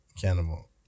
Cannibal